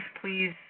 please